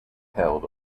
held